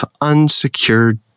unsecured